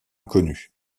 inconnue